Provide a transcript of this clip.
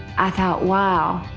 i thought, wow,